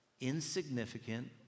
insignificant